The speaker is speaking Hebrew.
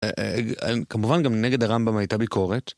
כמובן גם נגד הרמב״ם הייתה ביקורת.